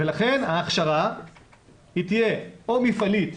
ולכן ההכשרה תהיה או מפעלית,